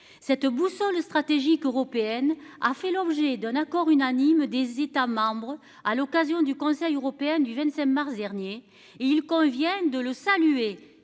cette boussole stratégique européenne a fait l'objet d'un accord unanime des États membres à l'occasion du Conseil européen du 27 mars dernier et il convient de le saluer